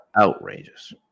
outrageous